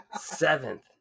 Seventh